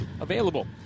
available